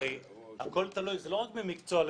הרי הכול תלוי לא רק בין מקצוע למקצוע,